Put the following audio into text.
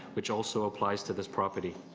which also applies to this property.